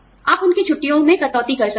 आप उनकी छुट्टियों में कटौती कर सकते हैं